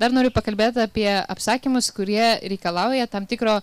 dar noriu pakalbėt apie apsakymus kurie reikalauja tam tikro